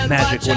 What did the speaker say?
Magic